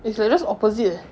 it's like just opposite leh